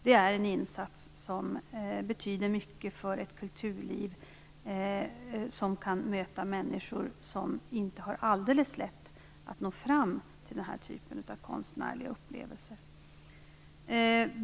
Det är en insats som betyder mycket för ett kulturliv, som kan möta människor som inte har alldeles lätt att nå fram till den här typen av konstnärliga upplevelser.